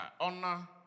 Honor